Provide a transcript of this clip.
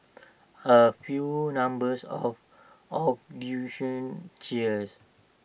A few numbers of cheers